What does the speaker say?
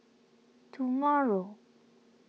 tomorrow